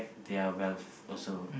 their wealth also